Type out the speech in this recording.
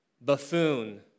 buffoon